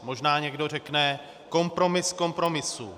Možná někdo řekne kompromis kompromisů.